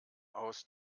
aus